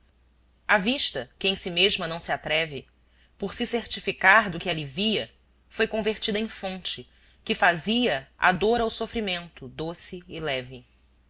a vista que em si mesma não se atreve por se certificar do que ali via foi convertida em fonte que fazia a dor ao sofrimento doce e leve